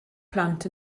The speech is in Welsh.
plant